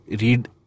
read